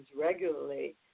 regularly